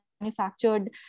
manufactured